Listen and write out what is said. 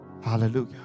Hallelujah